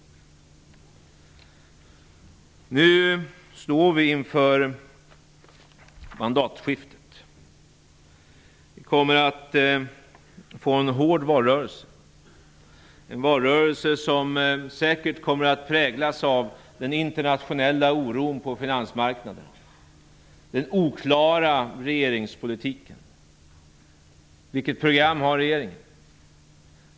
Nu står vi inför mandatskiftet. Det kommer att bli en hård valrörelse. Valrörelsen kommer säkert att präglas av den internationella oron på finansmarknaden och av den oklara regeringspolitiken. Vilket program har regeringen?